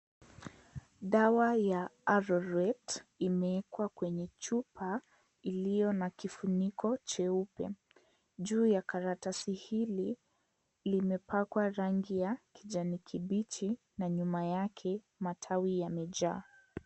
Dawa ya ARORWET imewekwa kwenye chupa iliyo na kifuniko cheupe. Juu ya karatasi hili limepakwa rangi ya kijani kibichi na nyuma yake matawi yamejaa.